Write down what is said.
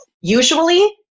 usually